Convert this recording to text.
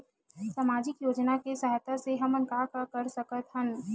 सामजिक योजना के सहायता से हमन का का कर सकत हन?